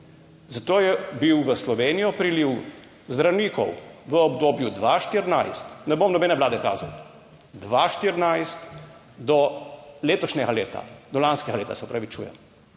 Zato je bil v Slovenijo priliv zdravnikov v obdobju 2014, ne bom nobene vlade kazal, 2014, do letošnjega leta, do lanskega leta, se opravičujem,